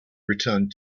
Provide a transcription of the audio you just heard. returned